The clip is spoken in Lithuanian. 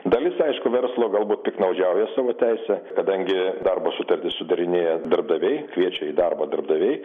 dalis aišku verslo galbūt piktnaudžiauja savo teise kadangi darbo sutartis sudarinėja darbdaviai kviečia į darbą darbdaviai